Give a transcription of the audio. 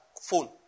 phone